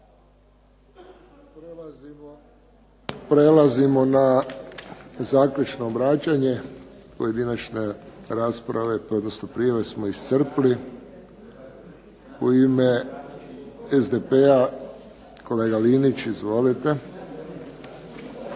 Prelazimo na zaključno obraćanje. Pojedinačne rasprave odnosno prijave smo iscrpili. U ime SDP-a kolega Linić, izvolite.